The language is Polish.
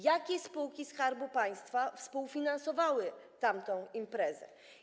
Jakie spółki Skarbu Państwa współfinansowały tamtą imprezę?